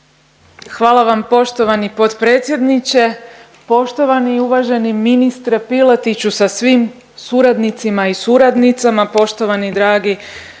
Hvala vam poštovani potpredsjedniče. Poštovani i uvaženi ministre Piletiću sa svim suradnicima i suradnicama, poštovani dragi